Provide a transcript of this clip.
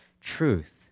truth